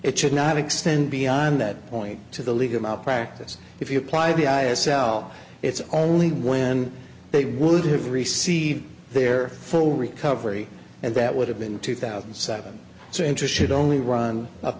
it should not extend beyond that point to the legal malpractise if you apply the i s l it's only when they would have received their full recovery and that would have been two thousand and seven so interested only run up